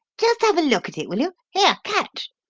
just have a look at it, will you? here, catch!